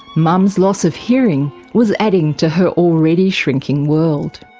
mum's loss of hearing was adding to her already shrinking world.